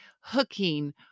hooking